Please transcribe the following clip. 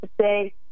say